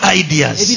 ideas